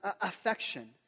affection